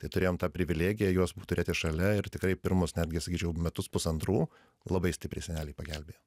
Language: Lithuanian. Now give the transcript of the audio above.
tai turėjom tą privilegiją juos turėti šalia ir tikrai pirmus netgi sakyčiau metus pusantrų labai stipriai seneliai pagelbėjo